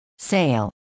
sale